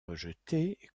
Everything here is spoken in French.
rejeté